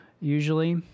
usually